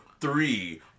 three